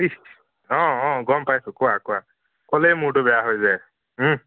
ইচ্ছ অ' অ' গম পাইছোঁ কোৱা কোৱা ক'লেই মূৰটো বেয়া হৈ যায়